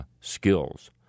skills